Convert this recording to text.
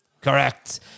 Correct